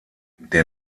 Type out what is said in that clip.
der